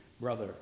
brother